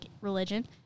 religion